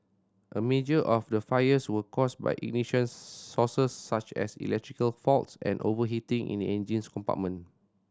a major of the fires were caused by ignition sources such as electrical faults and overheating in the engine compartment